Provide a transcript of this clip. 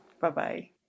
Bye-bye